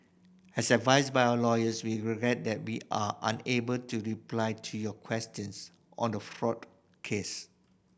as advised by our lawyers we regret that we are unable to reply to your questions on the fraud case